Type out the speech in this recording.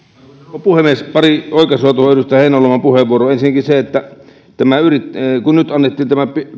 rouva puhemies pari oikaisua edustaja heinäluoman puheenvuoroon ensinnäkin kun nyt annettiin